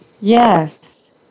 Yes